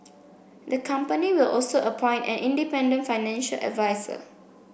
the company will also appoint an independent financial adviser